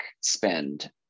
spend